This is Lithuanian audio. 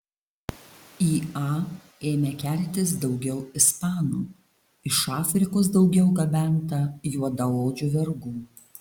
į a ėmė keltis daugiau ispanų iš afrikos daugiau gabenta juodaodžių vergų